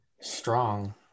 strong